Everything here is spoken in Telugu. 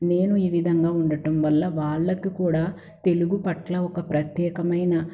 నేను ఈ విధంగా ఉండటంవల్ల వాళ్ళకి కూడా తెలుగుపట్ల ఒక ప్రత్యేకమైన